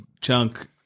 chunk